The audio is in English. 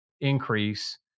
increase